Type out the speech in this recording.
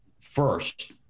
first